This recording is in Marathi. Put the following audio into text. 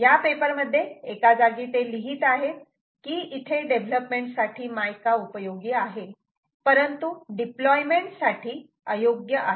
या पेपर मध्ये एका जागी ते लिहीत आहेत की इथे डेव्हलपमेंट साठी मायका उपयोगी आहे परंतु डिप्लोयमेंट साठी अयोग्य आहे